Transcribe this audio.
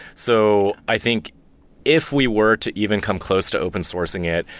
so i think if we were to even come close to open sourcing it,